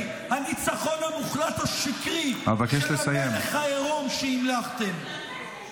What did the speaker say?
הניצחון המוחלט השקרי של המלך העירום שהמלכתם?